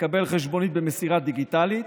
לקבל חשבונית במסירה דיגיטלית,